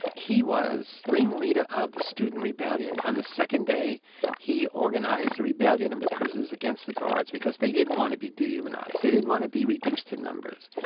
he was ringleader of the student rebellion. on the second day he organised a rebellion of the prisoners against the guards because they didn't want to be dehumanised, they didn't want to be reduced in numbers.